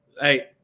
hey